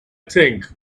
think